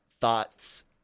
thoughts